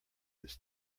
its